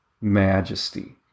majesty